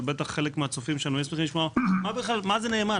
אבל ודאי חלק מהצופים שלנו ישמחו לשמוע - מה זה נאמן בכלל?